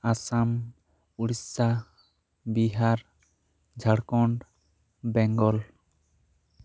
Assam Odisha Bihar Jharkhand Bengal